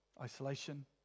Isolation